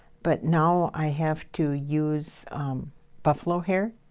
but now i have to use buffalo hair,